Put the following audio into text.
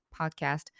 podcast